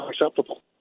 unacceptable